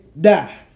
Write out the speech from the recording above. die